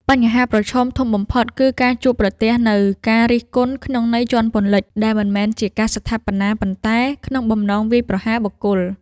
បញ្ហាប្រឈមធំបំផុតគឺការជួបប្រទះនូវ ការរិះគន់ក្នុងន័យជាន់ពន្លិច ដែលមិនមែនជាការស្ថាបនា ប៉ុន្តែក្នុងបំណងវាយប្រហារបុគ្គល។